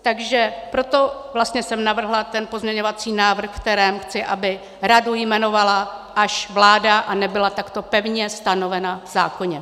Takže proto jsem vlastně navrhla ten pozměňovací návrh, ve kterém chci, aby radu jmenovala až vláda a nebyla takto pevně stanovena v zákoně.